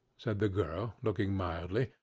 said the girl, looking mildly,